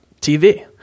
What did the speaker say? tv